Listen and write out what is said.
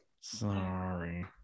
Sorry